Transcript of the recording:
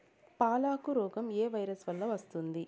పాలకు రోగం ఏ వైరస్ వల్ల వస్తుంది?